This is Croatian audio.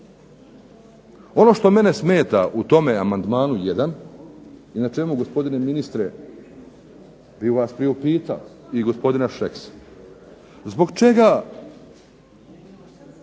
Ono što mene smeta u tome amandmanu jedan, i na čemu gospodine ministre bi vas priupitao i gospodina Šeksa, zbog čega